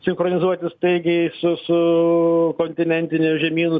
sinchronizuotis staigiai su su kontinentiniu žemynu